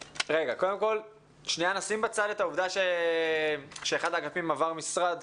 קודם כל שנייה נשים בצד את העובדה שאחד האגפים עבר משרד,